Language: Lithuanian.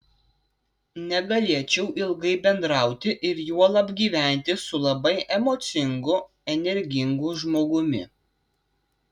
negalėčiau ilgai bendrauti ir juolab gyventi su labai emocingu energingu žmogumi